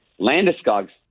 Landeskog's